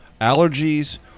allergies